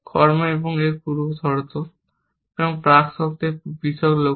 কর্ম এবং এর পূর্ব শর্ত এবং প্রাক শর্তে পৃথক লক্ষ্য